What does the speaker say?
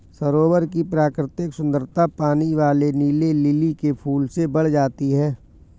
सरोवर की प्राकृतिक सुंदरता पानी वाले नीले लिली के फूल से बढ़ जाती है